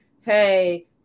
hey